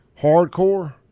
hardcore